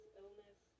illness